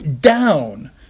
down